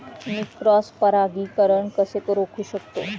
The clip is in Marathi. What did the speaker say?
मी क्रॉस परागीकरण कसे रोखू शकतो?